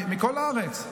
מכל הארץ.